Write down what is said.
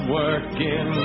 working